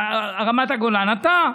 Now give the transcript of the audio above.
אתה?